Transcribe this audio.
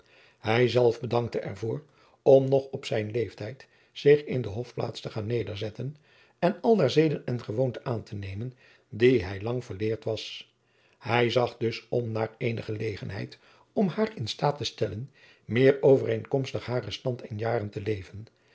hij zelf bedankte er voor om nog op zijn leeftijd zich in de hofplaats te gaan nederzetten en aldaar zeden en gewoonten aan te nemen die hij lang verleerd was hij zag dus om naar eene gelegenheid om haar in staat te stellen meer overeenkomstig haren stand en jaren te leven